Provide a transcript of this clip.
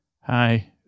hi